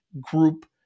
group